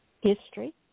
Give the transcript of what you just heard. history